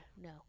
no